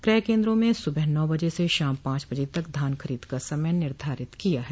क्रय केन्द्रों में सुबह नौ बजे से शाम पांच बजे तक धान खरीद का समय निर्धारित किया है